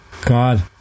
God